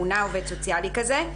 מונה עובד סוציאלי כזה.